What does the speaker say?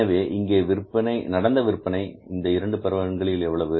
எனவே இங்கே நடந்த விற்பனை இந்த இரண்டு பருவங்களில் எவ்வளவு